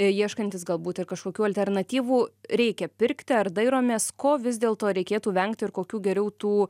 ieškantys galbūt ir kažkokių alternatyvų reikia pirkti ar dairomės ko vis dėlto reikėtų vengti ir kokių geriau tų